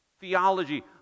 theology